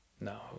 No